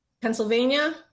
Pennsylvania